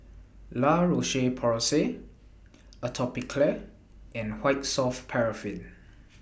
La Roche Porsay Atopiclair and White Soft Paraffin